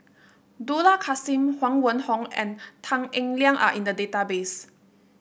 Dollah Kassim Huang Wenhong and Tan Eng Liang are in the database